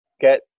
get